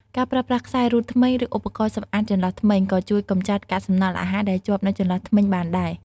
ការប្រើប្រាស់ខ្សែររូតធ្មេញ ឬឧបករណ៍សំអាតចន្លោះធ្មេញ ក៏ជួយកម្ចាត់កាកសំណល់អាហារដែលជាប់នៅចន្លោះធ្មេញបានដែរ។